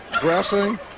dressing